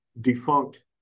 defunct